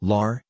Lar